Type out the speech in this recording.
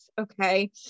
okay